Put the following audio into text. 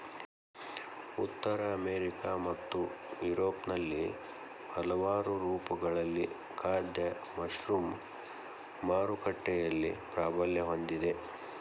ಉತ್ತರ ಅಮೆರಿಕಾ ಮತ್ತು ಯುರೋಪ್ನಲ್ಲಿ ಹಲವಾರು ರೂಪಗಳಲ್ಲಿ ಖಾದ್ಯ ಮಶ್ರೂಮ್ ಮಾರುಕಟ್ಟೆಯಲ್ಲಿ ಪ್ರಾಬಲ್ಯ ಹೊಂದಿದೆ